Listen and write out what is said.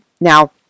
Now